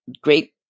great